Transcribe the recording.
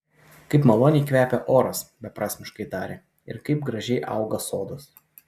kaip maloniai kvepia oras beprasmiškai tarė ir kaip gražiai auga sodas